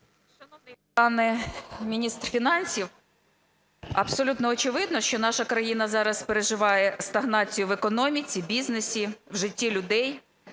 пане міністр фінансів, абсолютно очевидно, що наша країна зараз переживає стагнацію в економіці, бізнесі, в житті людей,